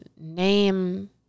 Name